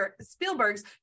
Spielberg's